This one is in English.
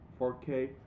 4K